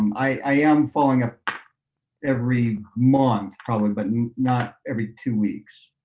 um i am following up every month, probably, but and not every two weeks.